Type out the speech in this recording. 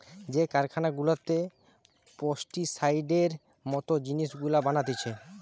যে কারখানা গুলাতে পেস্টিসাইডের মত জিনিস গুলা বানাতিছে